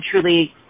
truly